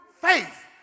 faith